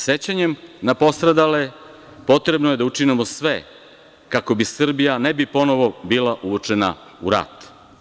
Sećanjem na postradale potrebno je da učinimo sve kako Srbija ne bi ponovo bila uvučena u rat.